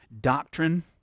doctrine